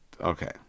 Okay